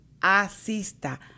asista